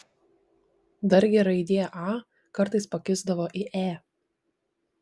dargi raidė a kartais pakisdavo į e